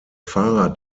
fahrer